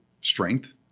strength